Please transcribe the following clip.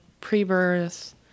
pre-birth